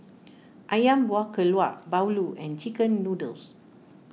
Ayam Buah Keluak Bahulu and Chicken Noodles